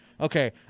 okay